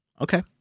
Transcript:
Okay